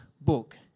book